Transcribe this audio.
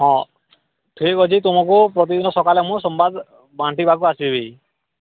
ହଁ ଠିକ୍ ଅଛି ତୁମକୁ ପ୍ରତିଦିନ ସକାଳେ ମୁଁ ସମ୍ବାଦ ବାଣ୍ଟିବାକୁ ଆସିବି